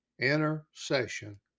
intercession